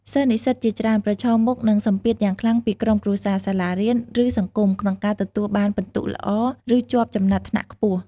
សិស្សនិស្សិតជាច្រើនប្រឈមមុខនឹងសម្ពាធយ៉ាងខ្លាំងពីក្រុមគ្រួសារ សាលារៀន ឬសង្គម ក្នុងការទទួលបានពិន្ទុល្អ ឬជាប់ចំណាត់ថ្នាក់ខ្ពស់។